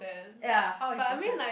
ya how important